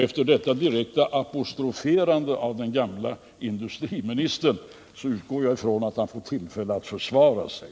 Efter detta direkta apostroferande av den förre industriministern utgår jag även från att han får tillfälle att försvara sig.